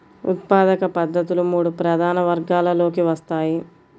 ఉత్పాదక పద్ధతులు మూడు ప్రధాన వర్గాలలోకి వస్తాయి